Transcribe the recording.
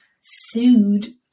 sued